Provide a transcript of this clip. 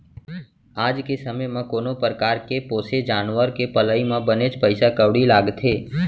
आज के समे म कोनो परकार के पोसे जानवर के पलई म बनेच पइसा कउड़ी लागथे